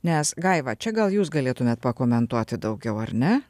nes gaiva čia gal jūs galėtumėt pakomentuoti daugiau ar ne